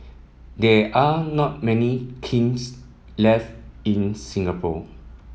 there are not many kilns left in Singapore